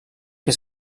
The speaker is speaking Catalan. que